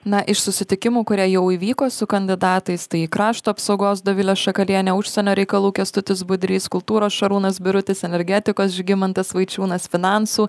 na iš susitikimų kurie jau įvyko su kandidatais tai į krašto apsaugos dovilė šakalienė užsienio reikalų kęstutis budrys kultūros šarūnas birutis energetikos žygimantas vaičiūnas finansų